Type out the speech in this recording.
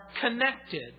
connected